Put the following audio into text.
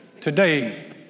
Today